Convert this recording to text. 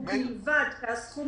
ובלבד שהסכום